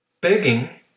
Begging